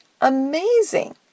amazing